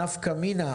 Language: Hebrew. הנפקא מינה,